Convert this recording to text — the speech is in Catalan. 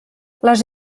les